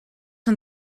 een